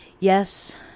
Yes